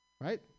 right